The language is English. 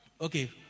Okay